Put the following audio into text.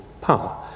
power